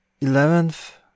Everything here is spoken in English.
Eleventh